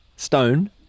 Stone